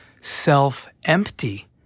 self-empty